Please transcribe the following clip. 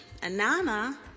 Anana